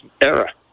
era